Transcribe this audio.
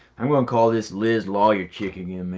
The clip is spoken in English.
i'm gonna call this liz lawyer chick again,